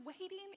waiting